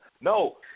No